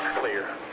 clear.